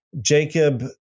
Jacob